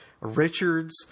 Richards